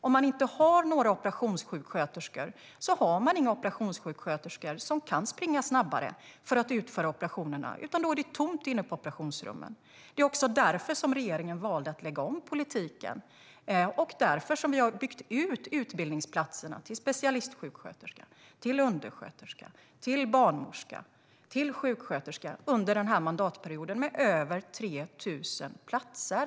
Om man inte har några operationssjuksköterskor har man inga operationssjuksköterskor som kan springa snabbare för att utföra operationerna, utan då är det tomt i operationsrummen. Det var därför regeringen valde att lägga om politiken, och det är därför vi har byggt ut antalet utbildningsplatser till specialistsjuksköterska, undersköterska, barnmorska och sjuksköterska under den här mandatperioden med över 3 000 platser.